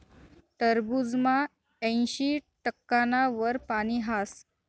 टरबूजमा ऐंशी टक्काना वर पानी हास